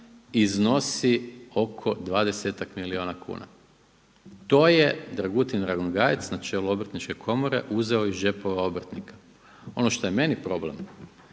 iznosi oko dvadesetak milijuna kuna. To je Dragutin Ranogajec na čelu Obrtničke komore uzeo iz džepova obrtnika. Ono što je meni problem,